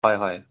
হয় হয়